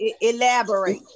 Elaborate